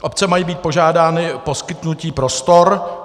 Obce mají být požádány o poskytnutí prostor.